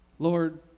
Lord